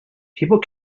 people